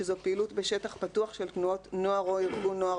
זו "פעילות בשטח פתוח של תנועת נוער או ארגון נוער